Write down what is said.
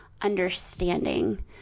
understanding